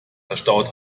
verstaut